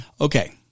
Okay